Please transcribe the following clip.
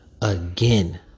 Again